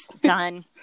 Done